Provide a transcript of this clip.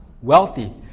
wealthy